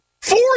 four